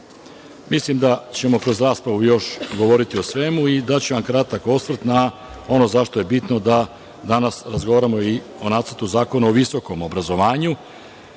da ćemo kroz raspravu još govoriti o svemu i daću vam kratak osvrt na ono zašto je bitno da danas razgovaramo i o Nacrtu zakona o visokom obrazovanju.